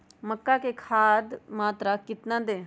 मक्का में खाद की मात्रा कितना दे?